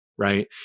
Right